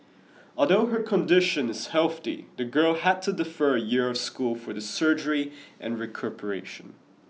although her condition is healthy the girl had to defer a year of school for the surgery and recuperation